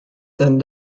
turned